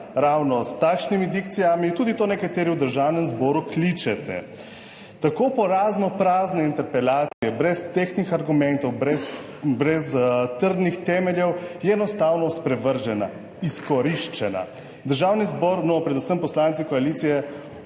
ravno s takšnimi dikcijami, tudi to nekateri v Državnem zboru kliče. Tako porazno prazne interpelacije brez tehtnih argumentov, brez trdnih temeljev, je enostavno sprevržena, izkoriščena. Državni zbor, predvsem poslanci koalicije